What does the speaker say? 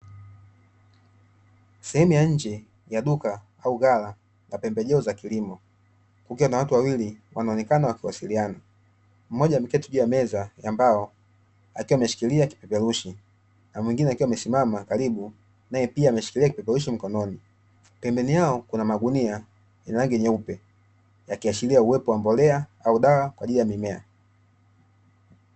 Sehemu ya nje ya duka au ghala la pembejeo za kilimo kukiwa na watu wawili, wanaonekana wakiwasiliana mmoja ameketi juu ya meza ya mbao na mwingine akiwa ameshikilia kipeperushi mkononi, pembeni yao kuna magunia yenye rangi nyeupe yakiashiria uwepo wa mbolea au dawa kwa ajili ya mimea.